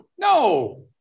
No